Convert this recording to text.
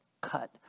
cut